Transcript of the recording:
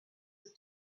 shy